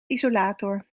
isolator